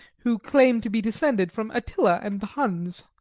who claim to be descended from attila and the huns.